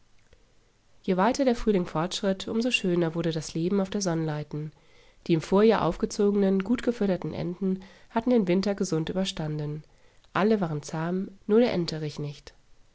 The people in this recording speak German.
je weiter der frühling fortschritt um so schöner wurde das leben auf der sonnleiten die im vorjahr aufgezogenen gut gefütterten enten hatten den winter gesund überstanden alle waren zahm nur der enterich nicht